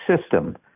system